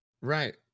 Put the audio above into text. Right